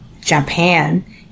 Japan